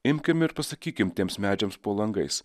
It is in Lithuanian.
imkime ir pasakykime tiems medžiams po langais